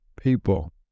people